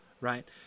right